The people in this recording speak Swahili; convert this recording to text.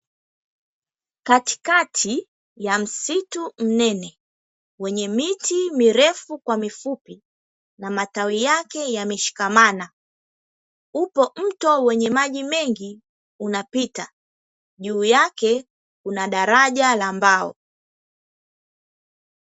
Katikati ya msitu mnene wenye miti mirefu kwa mifupi na matawi yake yameshikamana, upo mto wenye maji mengi unapita, juu yake kuna daraja la mbao.